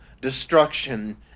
destruction